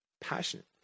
passionate